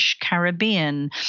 Caribbean